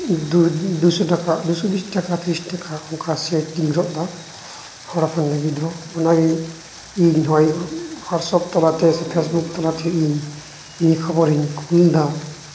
ᱫᱩᱥᱚ ᱴᱟᱠᱟ ᱫᱩᱥᱚ ᱵᱤᱥ ᱴᱟᱠᱟ ᱛᱤᱨᱤᱥ ᱴᱟᱠᱟ ᱚᱱᱠᱟ ᱥᱮᱴᱤᱧ ᱨᱚᱜᱫᱟ ᱦᱚᱲ ᱦᱚᱯᱚᱱ ᱞᱟᱹᱜᱤᱫ ᱫᱚ ᱚᱱᱟᱜᱮ ᱤᱧ ᱦᱚᱸᱜᱼᱚᱭ ᱦᱚᱣᱟᱴᱥᱚᱯ ᱛᱟᱞᱟᱛᱮ ᱯᱷᱮᱹᱥᱵᱩᱠ ᱛᱟᱞᱟᱛᱮ ᱱᱤᱭᱟᱹ ᱠᱷᱚᱵᱚᱨᱤᱧ ᱠᱩᱞᱫᱟ